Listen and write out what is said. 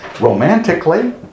Romantically